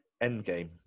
Endgame